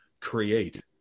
create